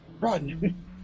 Run